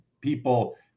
people